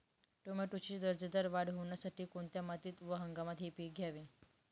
टोमॅटोची दर्जेदार वाढ होण्यासाठी कोणत्या मातीत व हंगामात हे पीक घ्यावे?